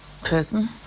person